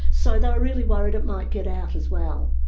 so they were really worried it might get out as well.